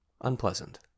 unpleasant